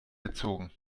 gezogen